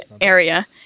area